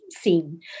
scene